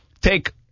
take